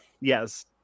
Yes